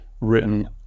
written